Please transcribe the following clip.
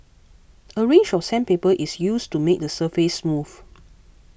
a range of sandpaper is used to make the surface smooth